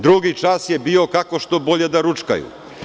Drugi čas je bio, kako što bolje da ručkaju.